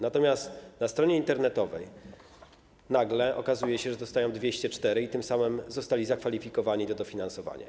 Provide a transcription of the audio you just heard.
Natomiast na stronie internetowej nagle okazuje się, że dostają 204 punkty i tym samym zostali zakwalifikowani do dofinansowania.